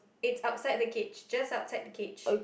it's outside the cage just outside the cage